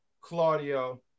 Claudio